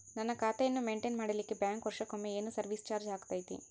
ನನ್ನ ಖಾತೆಯನ್ನು ಮೆಂಟೇನ್ ಮಾಡಿಲಿಕ್ಕೆ ಬ್ಯಾಂಕ್ ವರ್ಷಕೊಮ್ಮೆ ಏನು ಸರ್ವೇಸ್ ಚಾರ್ಜು ಹಾಕತೈತಿ?